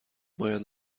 باید